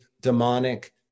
demonic